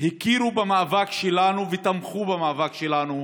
הכירו במאבק שלנו ותמכו במאבק שלנו,